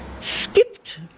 skipped